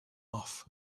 off